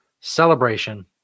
celebration